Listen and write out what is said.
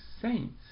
saints